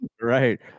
Right